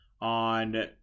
on